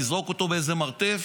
לזרוק אותו באיזה מרתף